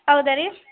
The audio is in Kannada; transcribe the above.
ಹೌದಾ ರೀ